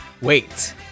Wait